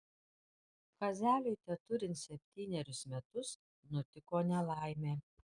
kazeliui teturint septynerius metus nutiko nelaimė